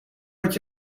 wat